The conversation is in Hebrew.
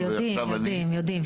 יודעים,